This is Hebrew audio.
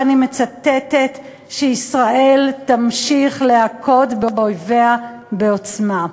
ואני מצטטת: ישראל תמשיך להכות באויביה בעוצמה.